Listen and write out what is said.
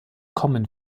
kommen